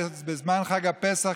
בזמן חג הפסח,